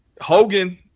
Hogan